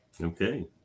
Okay